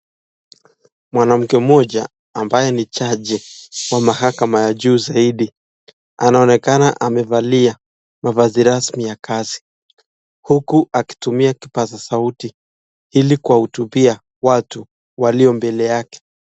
Mwanamke mmoja ambaye ni jaji wa mahakama ya juu zaidi anaonekana amevalia mavazi rasmi ya kazi huku akitumia kipasa sauti ili kuwahutubia watu walio mbele yake.